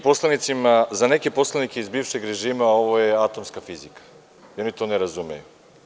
Za neke poslanike iz bivšeg režima ovo je atomska fizika, oni to ne razumeju.